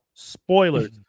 spoilers